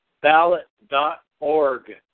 Ballot.org